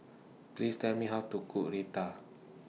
Please Tell Me How to Cook Raita